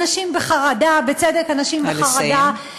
אנשים בחרדה בצדק אנשים בחרדה, נא לסיים.